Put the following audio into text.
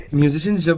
musicians